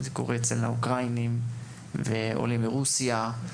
אצל האוקראינים ואצל עולי רוסיה.